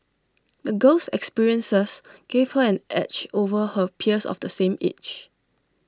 the girl's experiences gave her an edge over her peers of the same age